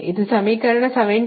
ಇದು ಸಮೀಕರಣ 78